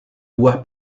buah